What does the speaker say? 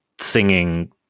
singing